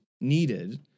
needed